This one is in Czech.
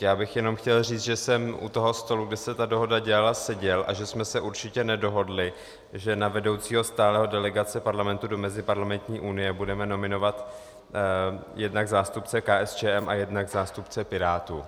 Já bych jenom chtěl říct, že jsem u stolu, kde se ta dohoda dělala, seděl a že jsme se určitě nedohodli, že na vedoucího stálé delegace Parlamentu do Meziparlamentní unie budeme nominovat jednak zástupce KSČM a jednak zástupce Pirátů.